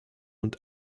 und